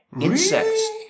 insects